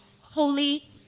holy